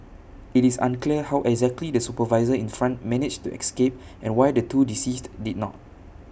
IT is unclear how exactly the supervisor in front managed to escape and why the two deceased did not